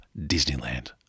Disneyland